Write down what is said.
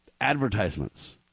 advertisements